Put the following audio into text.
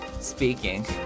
speaking